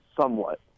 Somewhat